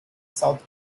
south